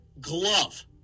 glove